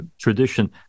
tradition